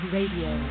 Radio